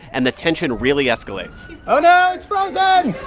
and the tension really escalates oh, no. it's frozen.